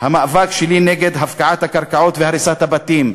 המאבק שלי נגד הפקעת הקרקעות והריסת הבתים,